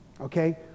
okay